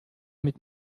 mit